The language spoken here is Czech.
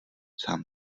sám